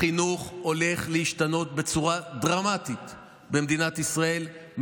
החינוך הולך להשתנות בצורה דרמטית במדינת ישראל,